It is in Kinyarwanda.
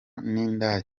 n’indaya